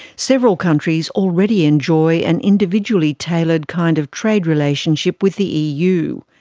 several countries already enjoy an individually tailored kind of trade relationship with the eu.